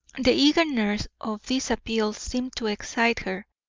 the eagerness of this appeal seemed to excite her.